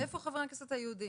ואיפה חברי הכנסת היהודים?